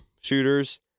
shooters